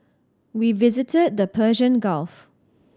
we visited the Persian Gulf